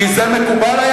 כי זה היה מקובל?